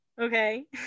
okay